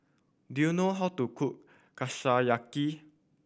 do you know how to cook Kushiyaki